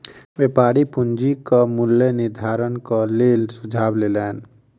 व्यापारी पूंजीक मूल्य निर्धारणक लेल सुझाव लेलैन